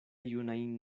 junajn